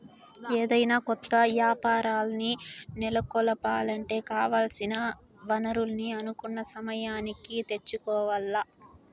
ఏదైనా కొత్త యాపారాల్ని నెలకొలపాలంటే కావాల్సిన వనరుల్ని అనుకున్న సమయానికి తెచ్చుకోవాల్ల